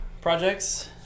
projects